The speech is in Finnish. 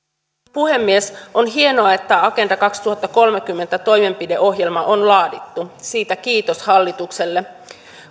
puhemies on hienoa että agenda kaksituhattakolmekymmentä toimenpideohjelma on laadittu siitä kiitos hallitukselle